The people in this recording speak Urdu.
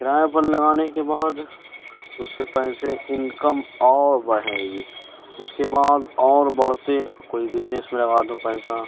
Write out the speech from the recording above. کرایہ پر لگانے کے بعد اس سے پیسے انکم اور بڑھے گی اس کے بعد اور بڑھتے کوئی بزنس میں لگا دو پیسہ